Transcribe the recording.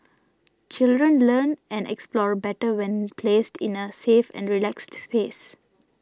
children learn and explore better when placed in a safe and relaxed space